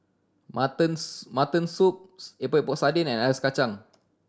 mutton mutton soup Epok Epok Sardin and ice kacang